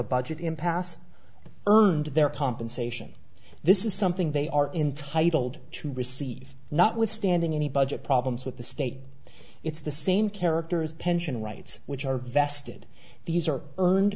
a budget impasse earned their compensation this is something they are intitled to receive notwithstanding any budget problems with the state it's the same characters pension rights which are vested these are earned